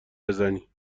بزنی